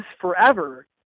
forever